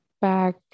back